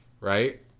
right